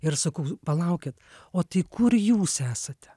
ir sakau palaukit o tik kur jūs esate